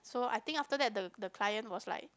so I think after that the the clients was like